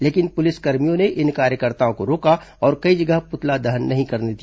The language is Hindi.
लेकिन पुलिसकर्मियों ने इन कार्यकर्ताओं को रोका और कई जगहों पर पुतला दहन नहीं करने दिया